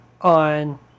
on